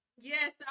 yes